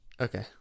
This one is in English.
Okay